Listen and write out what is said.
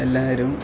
എല്ലാവരും